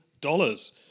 dollars